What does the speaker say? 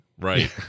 right